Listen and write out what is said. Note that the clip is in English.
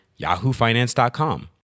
yahoofinance.com